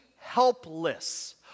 helpless